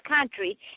country